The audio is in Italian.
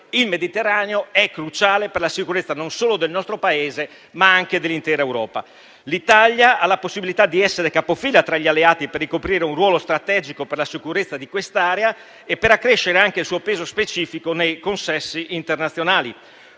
il Mediterraneo è cruciale per la sicurezza non solo del nostro Paese, ma anche dell'intera Europa. L'Italia ha la possibilità di essere capofila tra gli alleati per ricoprire un ruolo strategico per la sicurezza di quest'area e per accrescere anche il suo peso specifico nei consessi internazionali.